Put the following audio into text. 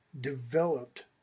developed